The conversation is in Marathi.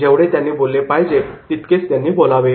जेवढे त्यांनी बोलले पाहिजे तितकेच त्यांनी बोलावे